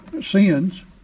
sins